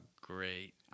great